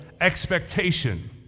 expectation